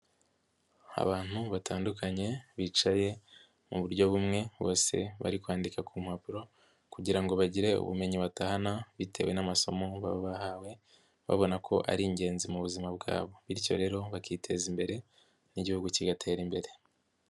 Abantu batandukanye bicaye mu buryo bumwe, bose bari kwandika ku mpapuro kugira ngo bagire ubumenyi batahana bitewe n'amasomo baba bahawe babona ko ari ingenzi mu buzima bwabo. Bityo rero bakiteza imbere n'Igihugu kigatera imbere.